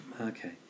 Okay